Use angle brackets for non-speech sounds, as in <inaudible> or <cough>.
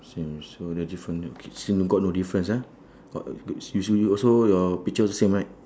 same so the different okay so got no difference ah <noise> you should also your picture also same right